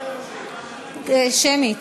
שמית.